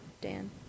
Dan